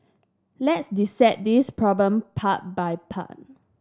let's dissect this problem part by part